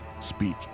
speech